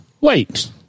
Wait